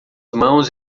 mãos